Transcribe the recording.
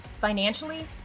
financially